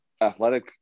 athletic